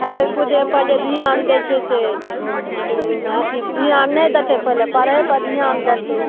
खेलै कूदै पर जे धिआन दै छै से अथी धिआन नहि देतै पहिले पढ़ै पर धिआन देतै